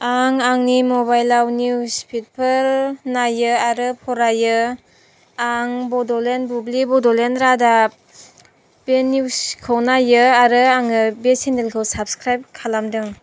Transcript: आं आंनि मबाइलआव निउस फिदफोर नायो आरो फरायो आं बड'लेण्ड बुब्लि बड'लेण्ड रादाब बे निउसखौ नायो आरो आङो बे चेनेलखौ साबसक्राइब खालामदों